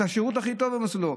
את השירות הכי טוב הם עושים לו.